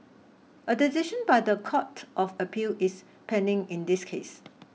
a decision by the Court of Appeal is pending in this case